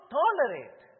tolerate